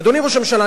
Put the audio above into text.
אדוני ראש הממשלה,